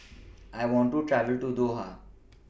I want to travel to Doha